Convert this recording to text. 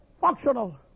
functional